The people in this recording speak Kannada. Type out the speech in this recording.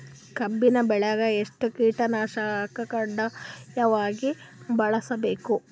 ಕಬ್ಬಿನ್ ಬೆಳಿಗ ಎಷ್ಟ ಕೀಟನಾಶಕ ಕಡ್ಡಾಯವಾಗಿ ಬಳಸಬೇಕು?